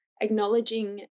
acknowledging